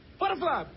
butterfly